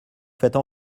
faites